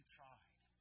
tried